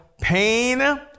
pain